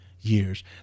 years